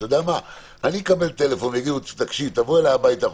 אני אקבל טלפון ויגידו: בוא אלי הביתה,